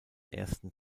ersten